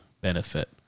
benefit